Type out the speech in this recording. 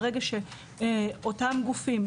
ברגע שאותם גופים,